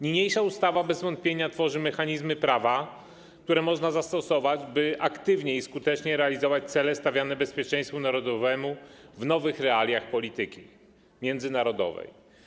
Niniejsza ustawa bez wątpienia tworzy mechanizmy prawa, które można zastosować, by aktywnie i skutecznie realizować cele stawiane bezpieczeństwu narodowemu w nowych realiach polityki międzynarodowej.